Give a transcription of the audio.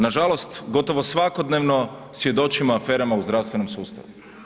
Nažalost, gotovo svakodnevno svjedočimo aferama u zdravstvenom sustavu.